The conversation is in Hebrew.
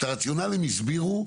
את הרציונל הם הסבירו.